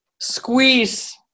squeeze